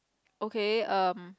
okay um